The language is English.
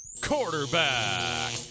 Quarterback